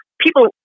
people